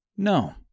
No